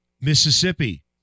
Mississippi